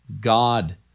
God